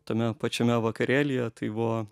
tame pačiame vakarėlyje tai buvo